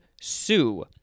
sue